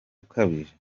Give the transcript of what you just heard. ukabije